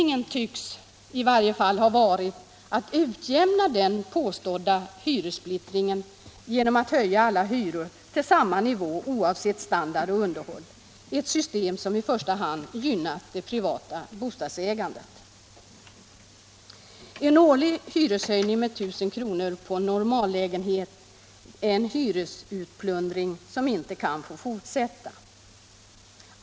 Hyressättningens inriktning tycks ha varit att utjämna den påstådda hyressplittringen genom att höja alla hyror till samma nivå oavsett standard och underhåll, ett system som i första hand gynnar det privata bostadsägandet. En årlig hyreshöjning med 1000 kr. på en normallägenhet är en hyresutplundring som inte kan få fortsätta.